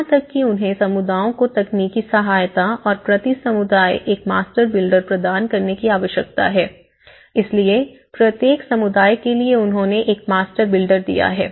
यहां तक कि उन्हें समुदायों को तकनीकी सहायता और प्रति समुदाय एक मास्टर बिल्डर प्रदान करने की आवश्यकता है इसलिए प्रत्येक समुदाय के लिए उन्होंने एक मास्टर बिल्डर दिया है